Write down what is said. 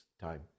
time